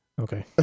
okay